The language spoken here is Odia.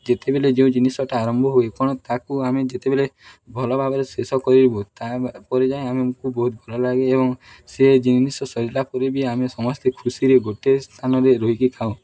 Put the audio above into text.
ଯେତେବେଳେ ଯେଉଁ ଜିନିଷଟା ଆରମ୍ଭ ହୁଏ କ'ଣ ତାକୁ ଆମେ ଯେତେବେଳେ ଭଲ ଭାବରେ ଶେଷ କରିବୁ ତା'ପରେ ଯାଏ ଆମକୁ ବହୁତ ଭଲ ଲାଗେ ଏବଂ ସେ ଜିନିଷ ସରିଲା ପରେ ବି ଆମେ ସମସ୍ତେ ଖୁସିରେ ଗୋଟେ ସ୍ଥାନରେ ରହିକି ଖାଉ